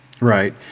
right